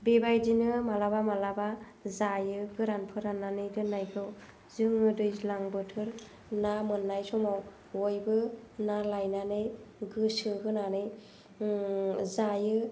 बेबायदिनो माब्लाबा माब्लाबा जायो गोरान फोराननानै दोननायखौ जोङो दैज्लां बोथोर ना मोननाय समाव बयबो ना लायनानै गोसो होनानै जायो